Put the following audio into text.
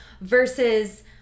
versus